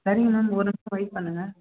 சரிங்க மேம் ஒரு நிமிஷம் வெயிட் பண்ணுங்கள்